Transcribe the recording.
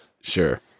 Sure